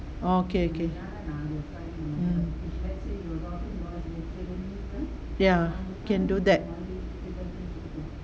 orh okay okay ya can do that